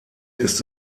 ist